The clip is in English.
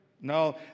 No